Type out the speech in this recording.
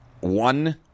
one